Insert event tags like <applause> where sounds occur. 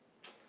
<noise>